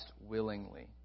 willingly